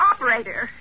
Operator